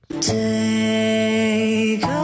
Take